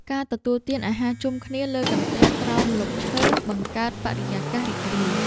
ការទទួលទានអាហារជុំគ្នាលើកន្ទេលក្រោមម្លប់ឈើ បង្កើតបរិយាកាសរីករាយ។